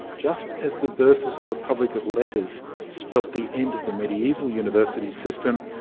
just as the birth of the republic of letters spelt the end of the medieval university system,